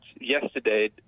yesterday